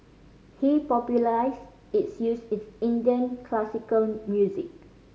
he popularised its use in Indian classical music